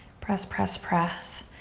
press, press, press.